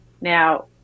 Now